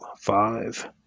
five